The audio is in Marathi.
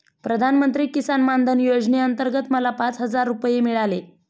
प्रधानमंत्री किसान मान धन योजनेअंतर्गत मला पाच हजार रुपये मिळाले